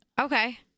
Okay